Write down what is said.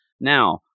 now